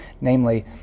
namely